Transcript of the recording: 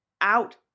out